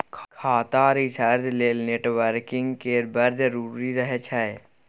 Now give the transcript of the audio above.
खाता रिसर्च लेल नेटवर्किंग केर बड़ जरुरी रहय छै